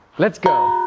let's go!